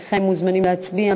הנכם מוזמנים להצביע.